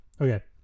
okay